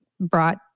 brought